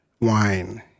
wine